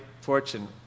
fortune